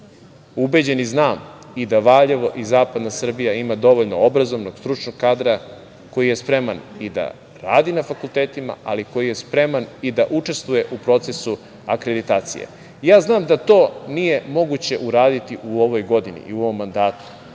ubeđen i znam i da Valjevo u zapadna Srbija ima dovoljno obrazovnog, stručnog kadra koji je spreman i da radi na fakultetima, a i koji je spreman i da učestvuje u procesu akreditacije. Znam da to nije moguće uraditi u ovoj godini i u ovom mandatu,